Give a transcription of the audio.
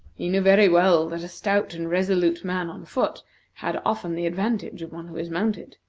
he knew very well that a stout and resolute man on foot had often the advantage of one who is mounted.